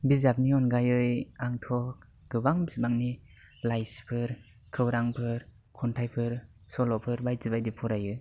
बिजाबनि अनगायै आंथ' गोबां बिबांनि लाइसिफोर खौरांफोर खन्थाइफोर सल'फोर बायदि बायदि फरायो